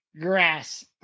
Grass